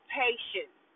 patience